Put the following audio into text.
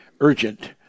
urgent